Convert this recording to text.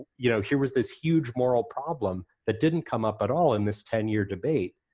you know here was this huge moral problem that didn't come up at all in this ten year debate.